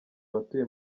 abatuye